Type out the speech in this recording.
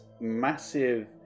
massive